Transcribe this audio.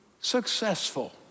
successful